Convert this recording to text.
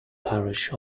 parish